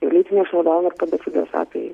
lytinio išnaudojimo ir pedofilijos atvejais